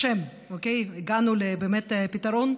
ברוך השם, הגענו באמת לפתרון.